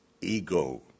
ego